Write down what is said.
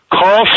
call